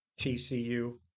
TCU